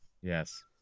Yes